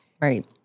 Right